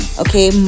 okay